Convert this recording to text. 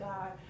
God